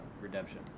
redemption